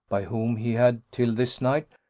by whom he had, till this night,